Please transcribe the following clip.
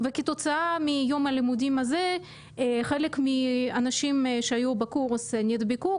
וכתוצאה מיום הלימודים הזה חלק מהאנשים שהיו בקורס נדבקו,